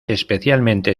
especialmente